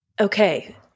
Okay